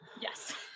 Yes